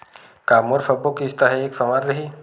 का मोर सबो किस्त ह एक समान रहि?